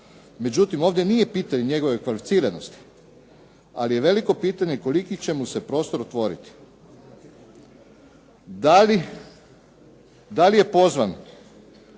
Međutim, ovdje nije pitanje njegove kvalificiranosti, ali je veliko pitanje koliki će mu se prostor otvoriti. Da je pozvan